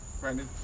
Brandon